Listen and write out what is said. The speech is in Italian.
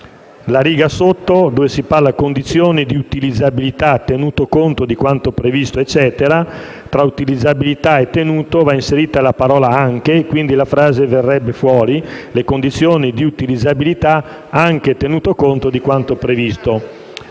Alla riga successiva, dove si dice: «condizioni di utilizzabilità tenuto conto di quanto previsto», tra «utilizzabilità» e «tenuto» va inserita la parola «anche»; quindi, la frase diventerebbe: «le condizioni di utilizzabilità anche tenuto conto di quanto previsto».